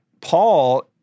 Paul